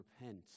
repent